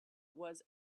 was